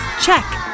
Check